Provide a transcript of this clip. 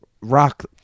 rock